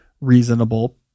reasonable